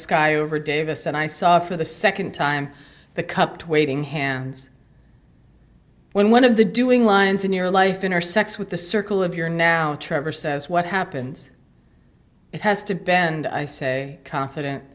sky over davis and i saw for the second time the cupped waving hands when one of the doing lines in your life intersects with the circle of your now trevor says what happens it has to bend i say confident